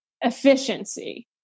efficiency